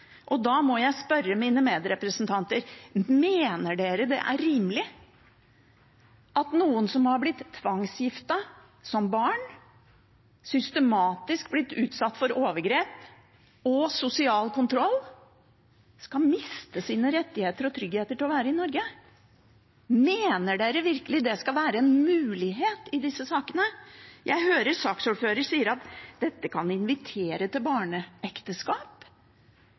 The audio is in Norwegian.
Da må jeg spørre mine medrepresentanter: Mener dere det er rimelig at noen som har blitt tvangsgiftet som barn og systematisk utsatt for overgrep og sosial kontroll, skal miste sine rettigheter og sin trygghet for å få være i Norge? Mener dere virkelig at det skal være en mulighet i disse sakene? Jeg hører at saksordføreren sier at dette kan invitere til barneekteskap.